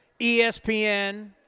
ESPN